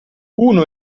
uno